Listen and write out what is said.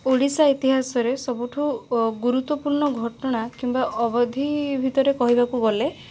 ଓଡ଼ିଶା ଇତିହାସରେ ସବୁଠୁ ଓ ଗୁରୁତ୍ୱପୂର୍ଣ୍ଣ ଘଟଣା କିମ୍ବା ଅବଧି ଭିତରେ କହିବାକୁଗଲେ